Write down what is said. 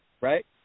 right